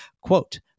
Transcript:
quote